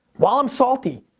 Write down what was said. while i'm salty.